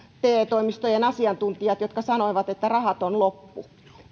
te toimistojen asiantuntijoita jotka sanoivat että rahat on loppu